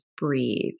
Breathe